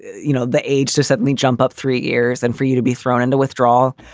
you know, the age to suddenly jump up three years and for you to be thrown into withdrawal.